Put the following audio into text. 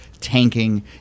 tanking